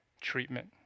treatment